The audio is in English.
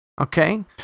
Okay